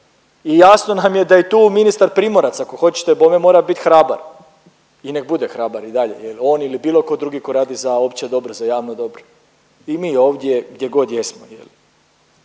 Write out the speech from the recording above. i jasno nam je da je tu ministar Primorac ako hoćete bome mora biti hrabar i nek bude hrabar i dalje jel on ili bilo tko drugi tko radi za opće dobro, za javno dobro i mi ovdje gdje god jesmo